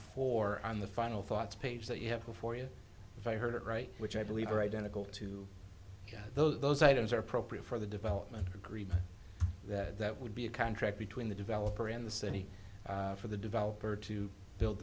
four on the final thoughts page that you have before you if i heard it right which i believe are identical to those those items are appropriate for the development agreement that would be a contract between the developer and the city for the developer to build